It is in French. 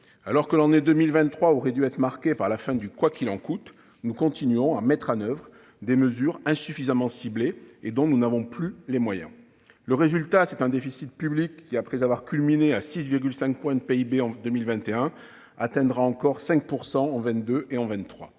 Alors que l'année 2023 aurait dû être marquée par la fin du « quoi qu'il en coûte », nous continuons à mettre en oeuvre des mesures, insuffisamment ciblées, dont nous n'avons plus les moyens. Le résultat, c'est un déficit public qui, après avoir culminé à 6,5 % du PIB en 2021, devrait encore atteindre 5 % du PIB en 2023